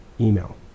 email